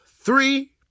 three